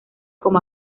como